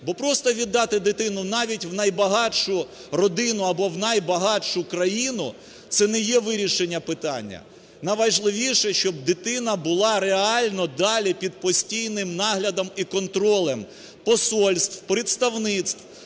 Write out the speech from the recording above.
Бо просто віддати дитину навіть в найбагатшу родину або в найбагатшу країну - це не є вирішення питання. Найважливіше, щоб дитина була реально далі під постійним наглядом і контролем посольств, представництв,